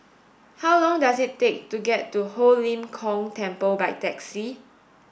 how long does it take to get to Ho Lim Kong Temple by taxi